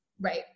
Right